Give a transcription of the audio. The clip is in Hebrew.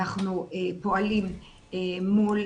אנחנו פועלים מול